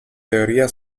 teoria